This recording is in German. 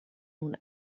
nun